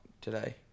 today